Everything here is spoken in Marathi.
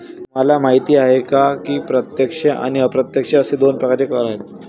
तुम्हाला माहिती आहे की प्रत्यक्ष आणि अप्रत्यक्ष असे दोन प्रकारचे कर आहेत